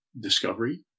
discovery